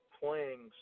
playing